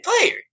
player